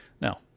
Now